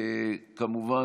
כמובן,